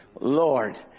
lord